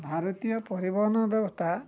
ଭାରତୀୟ ପରିବହନ ବ୍ୟବସ୍ଥା